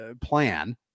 plan